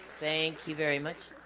thank you very much